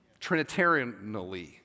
trinitarianally